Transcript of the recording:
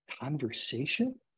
conversation